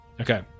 Okay